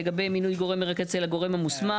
לגבי מינוי גורם מרכז אצל הגורם המוסמך.